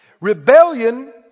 Rebellion